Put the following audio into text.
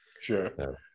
Sure